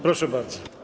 Proszę bardzo.